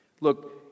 Look